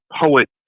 poet